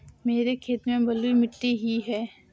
मेरे खेत में बलुई मिट्टी ही है